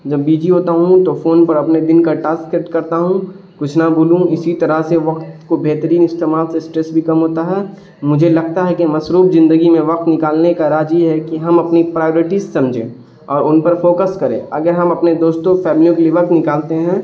جب بجی ہوتا ہوں تو فون پر اپنے دن کا ٹاسک کرتا ہوں کچھ نہ بولوں اسی طرح سے وقت کو بہترین استعمال سے اسٹریس بھی کم ہوتا ہے مجھے لگتا ہے کہ مصروف زندگی میں وقت نکالنے کا راج یہ ہے کہ ہم اپنی پرائورٹیز سمجھیں اور ان پر فوکس کریں اگر ہم اپنے دوستوں فیملیوں کے لیے وقت نکالتے ہیں